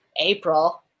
april